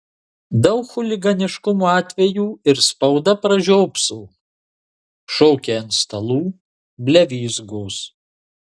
daug chuliganiškumo atvejų ir spauda pražiopso šokiai ant stalų blevyzgos